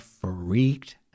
freaked